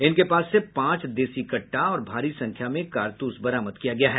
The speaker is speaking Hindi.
इनके पास से पांच देशी कट्टा और भारी संख्या में कारतूस बरामद किया गया है